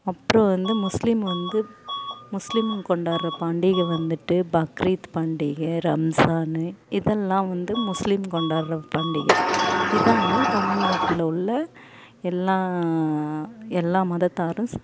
அப்புறம் வந்து முஸ்லீம் வந்து முஸ்லீம் கொண்டாடுற பண்டிகை வந்துட்டு பக்ரீத் பண்டிகை ரம்ஜானு இதெல்லாம் வந்து முஸ்லீம் கொண்டாடுற பண்டிகை இதான் தமிழ்நாட்டில் உள்ள எல்லா எல்லா மதத்தாரும் ஸ்